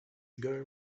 ago